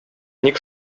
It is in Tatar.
ник